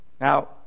now